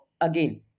again